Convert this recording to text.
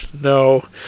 no